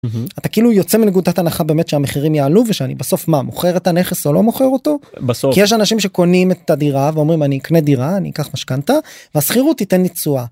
אתה כאילו יוצא מנקודת הנחה באמת שהמחירים יעלו ושאני בסוף מה מוכר את הנכס או לא מוכר אותו? בסוף יש אנשים שקונים את הדירה ואומרים אני אקנה דירה אני אקח משכנתא והשכירות תיתן לי תשואה.